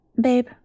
Babe